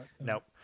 nope